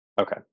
Okay